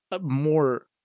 more